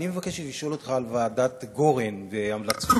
אני מבקש לשאול אותך על ועדת גורן והמלצותיה.